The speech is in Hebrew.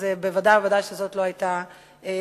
אז בוודאי ובוודאי זו לא היתה הכוונה.